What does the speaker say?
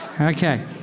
Okay